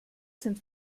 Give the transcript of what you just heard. sind